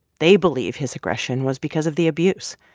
they believe his aggression was because of the abuse.